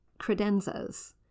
credenzas